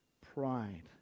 pride